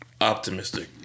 optimistic